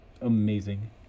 amazing